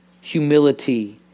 humility